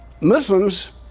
Muslims